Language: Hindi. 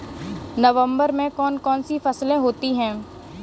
नवंबर में कौन कौन सी फसलें होती हैं?